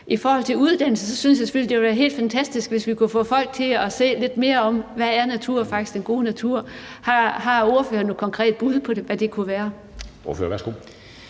I forhold til uddannelse synes jeg selvfølgelig, at det ville være helt fantastisk, hvis vi kunne få folk til at se lidt mere af, hvad der faktisk er den gode natur. Har ordføreren noget konkret bud på, hvad det kunne være? Kl.